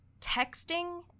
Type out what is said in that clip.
texting